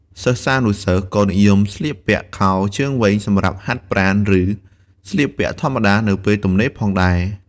សិស្សានុសិស្សក៏និយមស្លៀកពាក់ខោជើងវែងសម្រាប់ហាត់ប្រាណ ឬស្លៀកពាក់ធម្មតានៅពេលទំនេរផងដែរ។